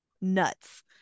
nuts